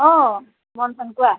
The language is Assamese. অ মন্থন কোৱা